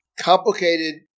complicated